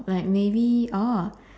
like maybe